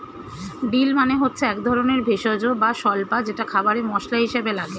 deal মানে হচ্ছে একধরনের ভেষজ বা স্বল্পা যেটা খাবারে মসলা হিসেবে লাগে